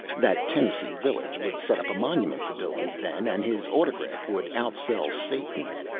that tennessee village would set up a monument to billings, then and his autograph would outsell satan's.